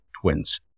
twins